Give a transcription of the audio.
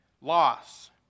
Loss